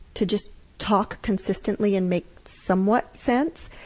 to just talk consistently and make somewhat sense,